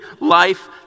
life